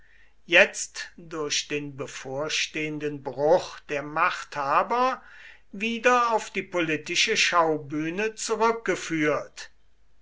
jetzt durch den bevorstehenden bruch der machthaber wieder auf die politische schaubühne zurückgeführt